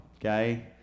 okay